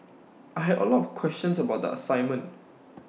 I had A lot of questions about the assignment